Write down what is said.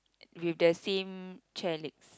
with the same chair legs